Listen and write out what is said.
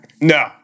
No